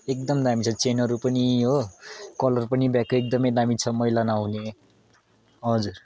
एकदम दामी छ चेनहरू पनि हो कलर पनि ब्यागको एकदमै दामी छ मैला नहुने हजुर